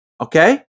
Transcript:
okay